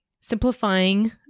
simplifying